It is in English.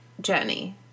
Jenny